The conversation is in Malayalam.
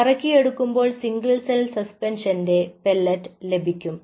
കറക്കി എടുക്കുമ്പോൾ സിംഗിൾ സെൽ സസ്പെൻഷന്റെ പെല്ലറ്റ് ലഭിക്കും